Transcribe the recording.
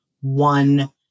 one